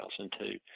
2002